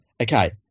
Okay